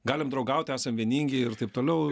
galim draugauti esam vieningi ir taip toliau